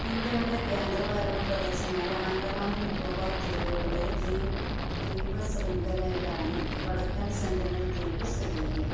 ഇന്ത്യയുടെ കേന്ദ്ര ഭരണ പ്രദേശമായ ആൻഡമാൻ നിക്കോബാർ ദ്വീപുകളുടെ ദ്വീ ദ്വീപ ശൃംഖലയിലാണ് വടക്കന് സെൻറിനല് ദ്വീപ് സ്ഥിതി ചെയ്യുന്നത്